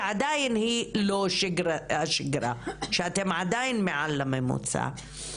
שעדיין היא לא שגרתית ואתם עדיין מעל הממוצע בבקשות.